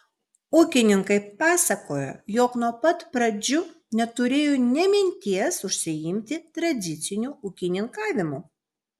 ūkininkai pasakoja jog nuo pat pradžių neturėjo nė minties užsiimti tradiciniu ūkininkavimu